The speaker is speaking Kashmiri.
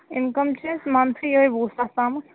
اِنکَم چھِ اسہِ مَنتھلی یِہےَ وُہ ساس تامَتھ